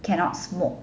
cannot smoke